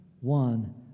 one